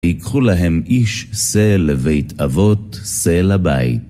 יקחו להם איש שה לבית אבות, שה לבית.